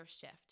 shift